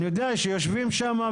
אני יודע שיושבים שם,